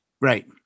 Right